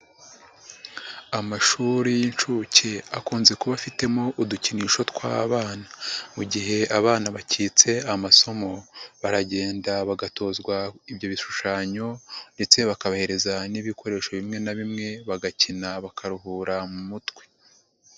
Amashuri y'inshuke akunze kuba afitemo udukinisho tw'abana, mu gihe abana bakitse amasomo, baragenda bagatozwa ibyo bishushanyo ndetse bakabahereza n'ibikoresho bimwe na bimwe, bagakina bakaruhura mu mutwe.